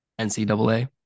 NCAA